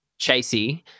chasey